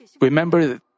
remember